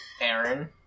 Aaron